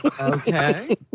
okay